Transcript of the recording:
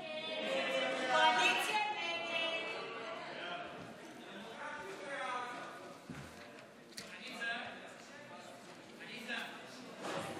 הצעת סיעת הרשימה המשותפת להביע אי-אמון בממשלה לא נתקבלה.